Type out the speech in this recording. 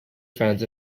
fans